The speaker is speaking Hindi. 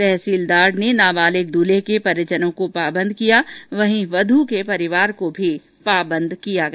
तहसीलदार ने नाबालिग दूल्हे के परिजनों को पाबंद किया वहीं वध के परिवार को भी पाबंद किया गया